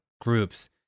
groups